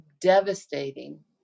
devastating